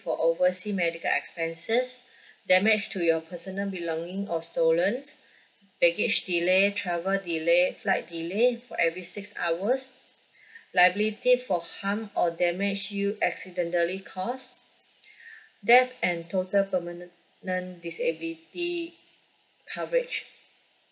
for oversea medical expenses damage to your personal belonging or stolen baggage delay travel delay flight delay for every six hours liability for harm or damage you accidentally cause death and total permanent disability coverage